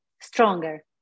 stronger